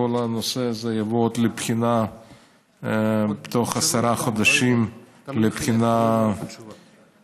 כל הנושא הזה יבוא בתוך עשרה חודשים לבחינה בסיסית,